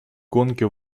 гонки